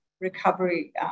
recovery